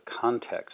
context